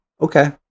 okay